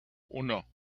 uno